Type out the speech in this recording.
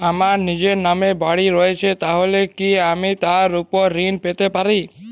আমার নিজের নামে বাড়ী রয়েছে তাহলে কি আমি তার ওপর ঋণ পেতে পারি?